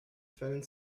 fällen